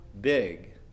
big